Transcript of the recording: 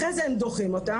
אחרי זה הם דוחים אותן,